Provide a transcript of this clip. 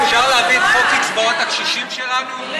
אפשר להביא את חוק הצבעות הקשישים שלנו?